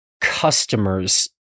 customers